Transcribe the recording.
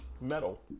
metal